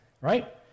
right